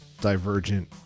divergent